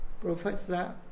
professor